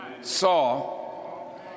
saw